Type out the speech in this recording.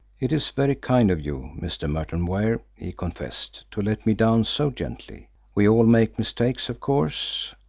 it is very kind of you, mr. merton ware, he confessed, to let me down so gently. we all make mistakes, of course.